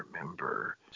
remember